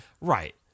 right